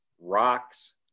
rocks